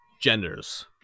genders